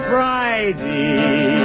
Friday